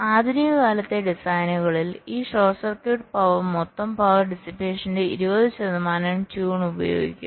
ആധുനിക കാലത്തെ ഡിസൈനുകളിൽ ഈ ഷോർട്ട് സർക്യൂട്ട് പവർ മൊത്തം പവർ ഡിസിപ്പേഷന്റെ 20 ശതമാനം ട്യൂൺ ഉപയോഗിക്കും